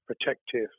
protective